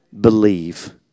believe